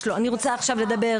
אני רוצה עכשיו לדבר.